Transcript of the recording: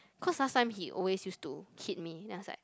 cause last time he always used to hit me then I was like